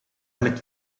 elk